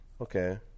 Okay